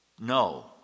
No